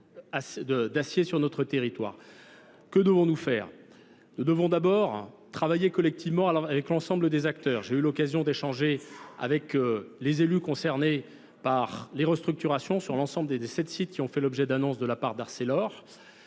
d'acier sur notre territoire. Que devons-nous faire ? Nous devons d'abord travailler collectivement avec l'ensemble des acteurs. J'ai eu l'occasion d'échanger avec les élus concernés par les restructurations. les restructurations sur l'ensemble des sept sites qui ont fait l'objet d'annonce de la part d'Arcelor.